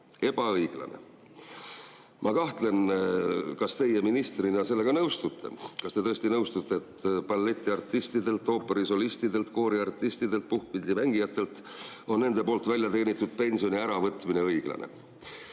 Ebaõiglane! Ma kahtlen, kas teie ministrina sellega nõustute. Kas te tõesti nõustute, et balletiartistidelt, ooperisolistidelt, kooriartistidelt ja puhkpillimängijatelt on nende väljateenitud pensioni äravõtmine õiglane?